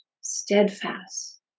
steadfast